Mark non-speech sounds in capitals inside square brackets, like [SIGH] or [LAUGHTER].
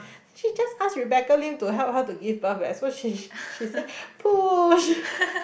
she just ask Rebecca-Lim to help her to give birth eh so she she say push [LAUGHS]